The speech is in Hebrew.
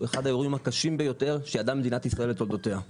הוא אחד האירועים הקשים ביותר שידעה מדינת ישראל לתולדותיה.